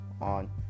on